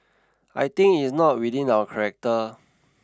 I think it is not within our character